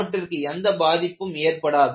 அவற்றிற்கு எந்த பாதிப்பும் ஏற்படாது